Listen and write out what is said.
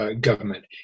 government